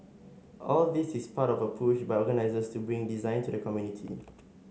all this is part of a push by organisers to bring design to the community